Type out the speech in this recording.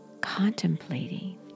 contemplating